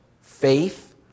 faith